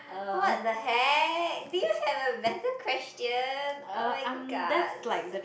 what the heck do you have a better question oh-my-gods